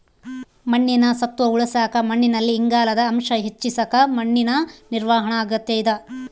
ಮಣ್ಣಿನ ಸತ್ವ ಉಳಸಾಕ ಮಣ್ಣಿನಲ್ಲಿ ಇಂಗಾಲದ ಅಂಶ ಹೆಚ್ಚಿಸಕ ಮಣ್ಣಿನ ನಿರ್ವಹಣಾ ಅಗತ್ಯ ಇದ